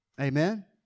Amen